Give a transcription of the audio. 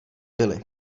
byli